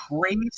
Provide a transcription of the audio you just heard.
crazy